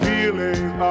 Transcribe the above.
Feelings